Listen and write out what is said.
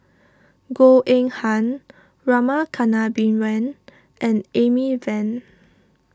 Goh Eng Han Rama Kannabiran and Amy Van